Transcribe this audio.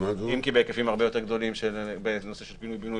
אם כי בהיקפים הרבה יותר גדולים בנושא של פינוי-בינוי